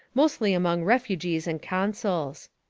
mostly among refugees and consuls.